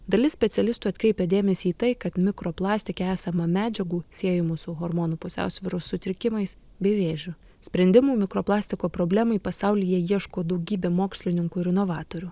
dalis specialistų atkreipia dėmesį į tai kad mikroplastike esama medžiagų siejamų su hormonų pusiausvyros sutrikimais bei vėžiu sprendimų mikroplastiko problemai pasaulyje ieško daugybė mokslininkų ir novatorių